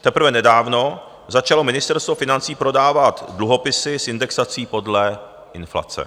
Teprve nedávno začalo Ministerstvo financí prodávat dluhopisy s indexací podle inflace.